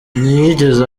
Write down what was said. ntiyigeze